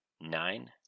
Nine